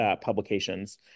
publications